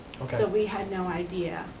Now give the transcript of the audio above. so we had no idea.